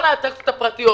כל האטרקציות הפרטיות